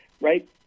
right